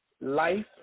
life